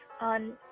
on